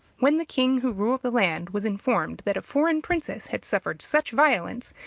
when the king who ruled the land was informed that a foreign princess had suffered such violence,